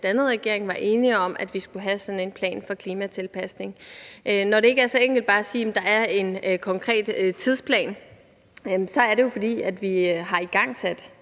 vi dannede regering, var enige om, at vi skulle have sådan en plan for klimatilpasning. Når det ikke er så enkelt bare at sige, at der er en konkret tidsplan, er det jo, fordi vi har igangsat